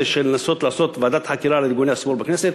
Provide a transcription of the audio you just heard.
לנסות לעשות ועדת חקירה לארגוני השמאל בכנסת,